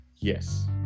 Yes